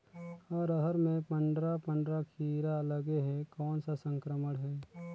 अरहर मे पंडरा पंडरा कीरा लगे हे कौन सा संक्रमण हे?